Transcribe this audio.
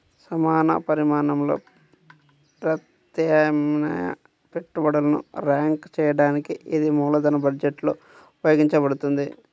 సమాన పరిమాణంలో ప్రత్యామ్నాయ పెట్టుబడులను ర్యాంక్ చేయడానికి ఇది మూలధన బడ్జెట్లో ఉపయోగించబడుతుంది